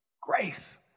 Grace